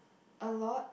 a lot